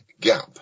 gap